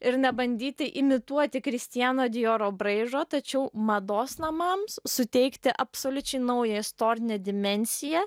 ir nebandyti imituoti kristiano dijoro braižo tačiau mados namams suteikti absoliučiai naują istorinę dimensiją